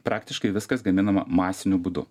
praktiškai viskas gaminama masiniu būdu